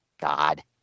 God